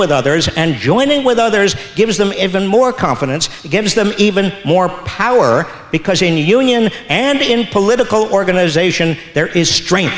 with others and joining with others gives them evan more confidence gives them even more power because in union and in political organization there is streng